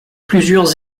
plusieurs